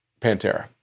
Pantera